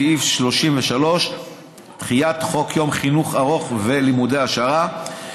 סעיף 33 (דחיית חוק יום חינוך ארוך ולימודי העשרה).